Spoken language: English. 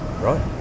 right